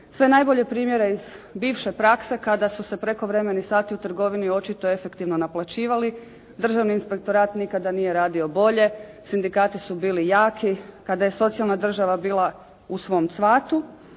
sve najbolje primjere iz bivše prakse kada su se prekovremeni sati u trgovini očito efektivno naplaćivali. Državni inspektorat nikada nije radio bolje, sindikati su bili jaki, kada je socijalna država bila u svom cvatu,